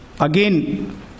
again